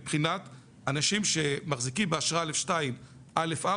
מבחינת אנשים שמחזיקים באשרה א.2 א.4,